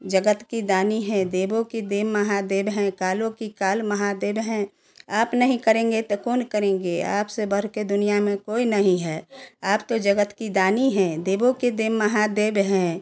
जगत के दानी है देवों के देव महादेव हैं कालों के काल महादेव हैं आप नहीं करेंगे तो कौन करेंगे आपसे बढ़कर दुनिया में कोई नहीं है आप तो जगत के दानी है देवों के देव महादेव हैं